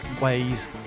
ways